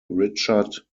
richard